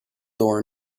door